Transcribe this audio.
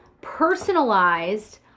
personalized